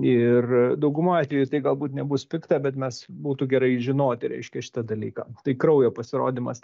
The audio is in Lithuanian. ir dauguma atvejų tai galbūt nebus pikta bet mes būtų gerai žinoti reiškia šitą dalyką tai kraujo pasirodymas